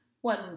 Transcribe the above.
one